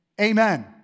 Amen